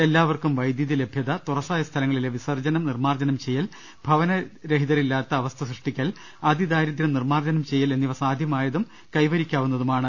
എല്ലാ വർക്കും വൈദ്യുതി ലഭ്യത തുറസ്സായ സ്ഥലങ്ങളിലെ വിസ്സർജ്ജനം നിർമ്മാർജ്ജനം ചെയ്യൽ ഭവനരഹിതരില്ലാത്ത അവസ്ഥ സൃഷ്ടിക്കൽ അതി ദാരിദ്ര്യം നിർമാർജ്ജനം ചെയ്യൽ എന്നിവ സാദ്യമായതും കൈവരിക്കാവു ന്നതാണ്